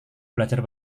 belajar